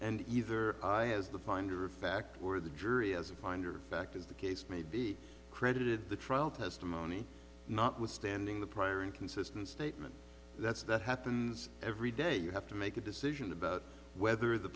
and either has the finder of fact or the jury as a finder of fact as the case may be credited the trial testimony notwithstanding the prior inconsistent statement that's that happens every day you have to make a decision about whether the